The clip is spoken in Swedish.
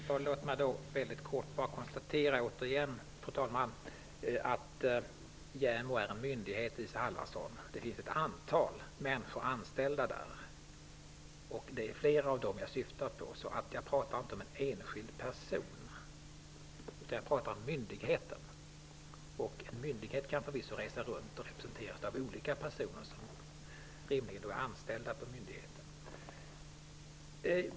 Fru talman! Låt mig åter få konstatera att JämO är en myndighet, Isa Halvarsson. Det finns ett antal människor anställda där, och det är flera av dem jag syftade på. Jag talar inte om en enskild person utan om myndigheten. En myndighet kan förvisso resa runt och representeras av olika personer som är anställda på myndigheten.